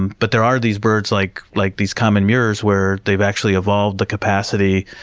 but there are these birds, like like these common murres, where they've actually evolved the capacity,